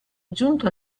giunto